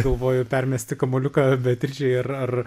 galvoju permesti kamuoliuką beatričei ar ar